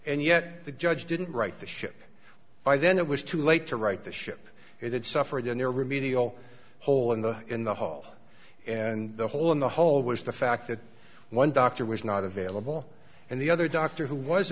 and yet the judge didn't write the ship by then it was too late to right the ship it had suffered in their remedial hole in the in the hall and the hole in the hole was the fact that one doctor was not available and the other doctor who was